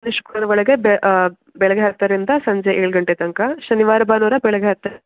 ಶುಕ್ರವಾರ ಬೆಳಗ್ಗೆ ಹತ್ತರಿಂದ ಸಂಜೆ ಏಳು ಗಂಟೆ ತನಕ ಶನಿವಾರ ಭಾನುವಾರ ಬೆಳಗ್ಗೆ ಹತ್ತರಿ